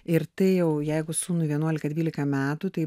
ir tai jau jeigu sūnui vienuolika dvylika metų tai